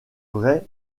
vrai